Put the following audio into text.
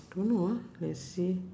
don't know ah let's see